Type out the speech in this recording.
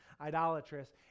idolatrous